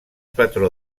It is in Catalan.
patró